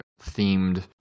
themed